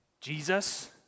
Jesus